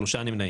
הצבעה בעד 3 נגד